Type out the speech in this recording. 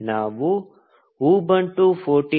ನಾವು ಉಬುಂಟು 14